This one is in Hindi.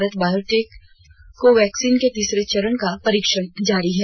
भारत बायोटेक कोवैक्सीन के तीसरे चरण का परीक्षण जारी है